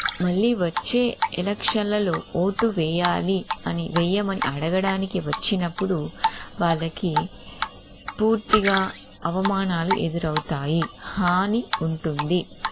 మళ్ళీ వచ్చే ఎలక్షన్లలో ఓటు వెయ్యాలి అని వెయ్యమని అడగడానికి వచ్చినప్పుడు వాళ్ళకి పూర్తిగా అవమానాలు ఎదురవుతాయి హాని ఉంటుంది